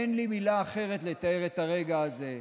אין לי מילה אחרת לתאר את הרגע הזה,